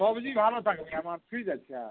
সবজি ভালো থাকবে আমার ফ্রিজ আছে হ্যাঁ